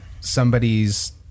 somebody's